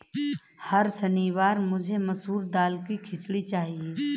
हर शनिवार मुझे मसूर दाल की खिचड़ी चाहिए